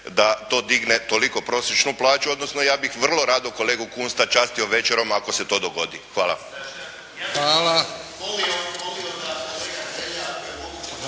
da to digne toliko prosječnu plaću, odnosno ja bih vrlo rado kolegu Kunsta častio večerom ako se to dogodi. Hvala.